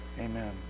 Amen